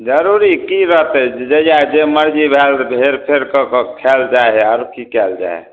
जरूरी की रहतै जहिया जे मर्जी भए गेल हेर फेर कऽ कऽ खायल जाइ हय आओर कि कयल जाइ हय